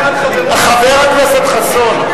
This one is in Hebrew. חבר הכנסת חסון,